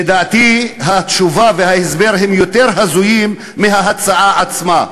לדעתי, התשובה וההסבר הם יותר הזויים מההצעה עצמה.